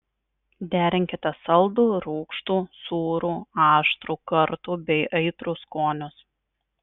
derinkite saldų rūgštų sūrų aštrų kartų bei aitrų skonius